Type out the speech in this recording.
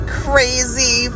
crazy